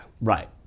Right